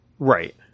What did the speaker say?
Right